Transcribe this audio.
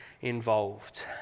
involved